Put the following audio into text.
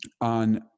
on